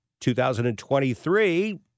2023